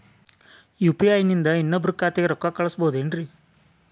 UPI ನಿಂದ ಇನ್ನೊಬ್ರ ಖಾತೆಗೆ ರೊಕ್ಕ ಕಳ್ಸಬಹುದೇನ್ರಿ?